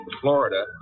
Florida